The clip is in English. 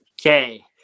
Okay